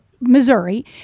Missouri